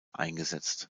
eingesetzt